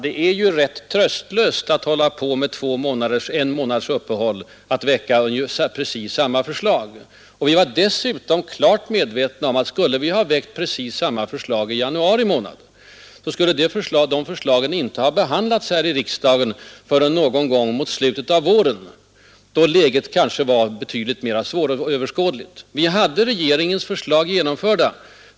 Det är ju rätt tröstlöst att med en månads uppehåll väcka precis samma förslag. Vi var dessutom klart medvetna om att skulle vi ha väckt precis samma förslag i januari månad, så skulle de förslagen inte ha behandlats här i riksdagen förrän någon gång mot slutet av våren, då läget kanske var betydligt mera svåröverskådligt. Vi hade regeringens förslag genomförda.